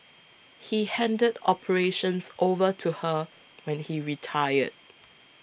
he handed operations over to her when he retired